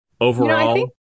Overall-